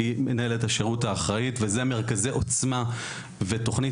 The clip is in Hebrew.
כמנהלת השירות האחראית וזה מרכזי עוצמה ותוכנית